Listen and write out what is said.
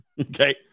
Okay